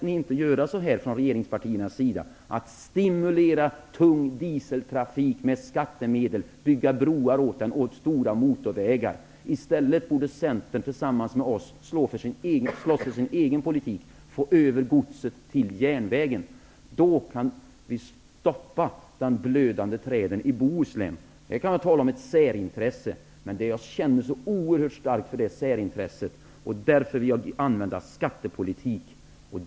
Ni regeringspartier skall inte stimulera tung dieseltrafik med skattemedel samt bygga motorvägar och broar åt den. I stället borde Centern tillsammans med oss slåss för sin egen politik och föra över godset till järnvägen. Då kan vi stoppa de blödande träden i Bohuslän. Där kan man tala om ett särintresse, men jag känner så oerhört starkt för detta särintresse. Därför vill jag använda skattepolitiken.